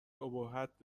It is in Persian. ابهت